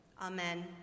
Amen